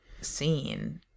Scene